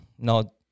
No